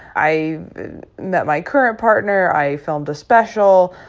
i met my current partner. i filmed the special.